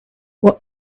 what